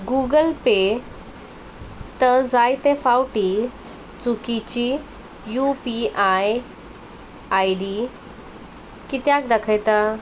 Google Pay त जायते फावटी चुकीची U P I I D कित्याक दाखयता